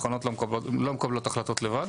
מכונות לא מקבלות החלטות לבד.